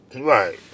Right